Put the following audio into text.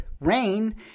rain